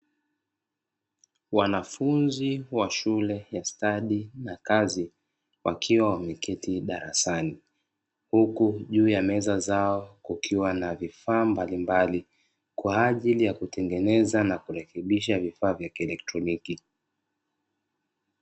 Wanafunzi wa shule ya stadi na kazi wakiwa wameketi darasani. Huku juu ya meza zao kukiwa na vifaa mbalimbali kwa ajili ya kutengeneza na kurekebisha vifaa vya kielektroniki.